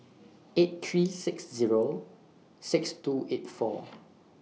eight three six Zero six two eight four